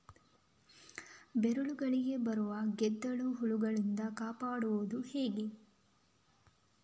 ಬೇರುಗಳಿಗೆ ಬರುವ ಗೆದ್ದಲು ಹುಳಗಳಿಂದ ಕಾಪಾಡುವುದು ಹೇಗೆ?